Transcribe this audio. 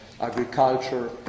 agriculture